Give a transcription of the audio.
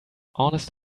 honest